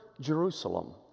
Jerusalem